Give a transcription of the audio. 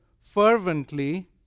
fervently